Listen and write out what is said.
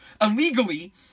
illegally